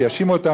שיאשימו אותם